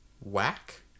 Whack